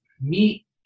meet